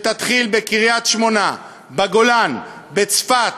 שתתחיל בקריית-שמונה, בגולן, בצפת,